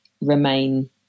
remain